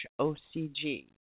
OCG